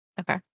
Okay